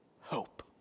hope